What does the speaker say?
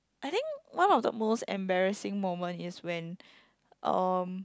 I think one of the most embarrassing moment is when um